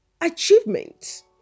achievements